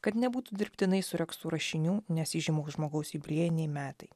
kad nebūtų dirbtinai suregztų rašinių nes įžymaus žmogaus jubiliejiniai metai